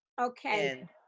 okay